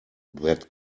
that